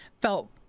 felt